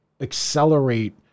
accelerate